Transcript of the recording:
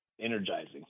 energizing